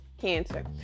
cancer